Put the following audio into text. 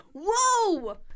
Whoa